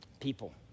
people